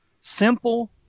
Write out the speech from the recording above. simple